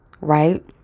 right